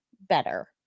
better